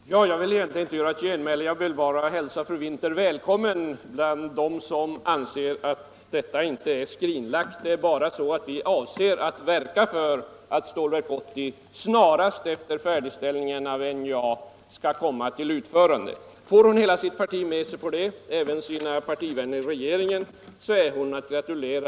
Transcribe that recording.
Herr talman! Jag vill egentligen inte komma med något genmile utan bara hälsa fru Winther välkommen bland dem som anser att Stålverk 80 Allmänpolitisk debatt Allmänpolitisk debatt inte är skrinlagt. Vi avser att arbeta för att Stålverk 80 skall komma till utförande snarast efter färdigställander av NJA. Får fru Winther hela sitt parti inkl. partivännerna i regeringen med sig, så är hon att gratulera.